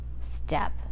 step